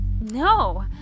No